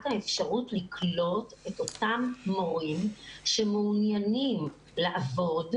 האפשרות לקלוט את אותם מורים שמעוניינים לעבוד,